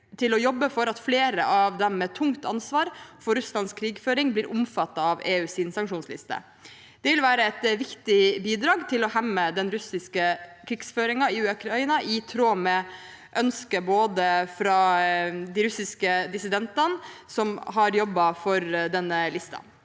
til å jobbe for at flere av dem med tungt ansvar for Russlands krigføring blir omfattet av EUs sanksjonsliste. Det vil være et viktig bidrag til å hemme den russiske krigføringen i Ukraina, i tråd med ønsket fra de russiske dissidentene som har jobbet for denne listen.